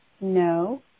no